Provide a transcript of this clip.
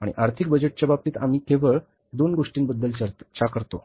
आणि आर्थिक बजेटच्या बाबतीत आम्ही केवळ दोन गोष्टींबद्दल चर्चा करतो